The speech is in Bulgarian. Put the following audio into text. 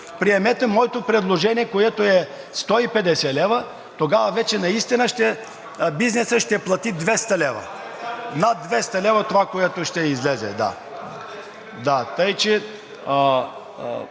приемете моето предложение, което е 150 лв. – тогава вече наистина бизнесът ще плати 200 лв. Над 200 лв. това, което ще излезе. (Оживление